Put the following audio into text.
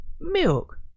milk